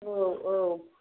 औ औ